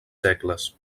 segles